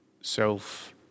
self